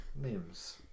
names